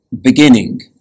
beginning